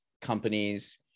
companies